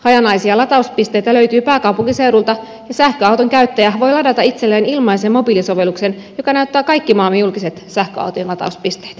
hajanaisia latauspisteitä löytyy pääkaupunkiseudulta ja sähköauton käyttäjä voi ladata itselleen ilmaisen mobiilisovelluksen joka näyttää kaikki maamme julkiset sähköautojen latauspisteet